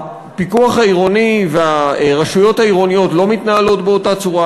הפיקוח העירוני והרשויות העירוניות לא מתנהלים באותה צורה.